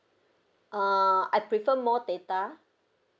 uh I prefer more data